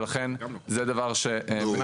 ולכן זה דבר --- נו,